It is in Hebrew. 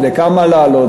לכמה להעלות?